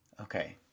okay